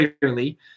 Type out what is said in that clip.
clearly